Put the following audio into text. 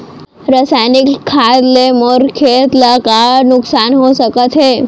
रसायनिक खाद ले मोर खेत ला का नुकसान हो सकत हे?